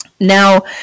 now